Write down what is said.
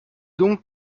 donc